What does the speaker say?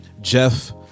Jeff